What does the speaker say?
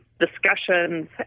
discussions